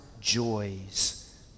joys